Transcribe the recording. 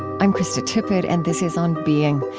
i'm krista tippett, and this is on being.